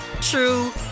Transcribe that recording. true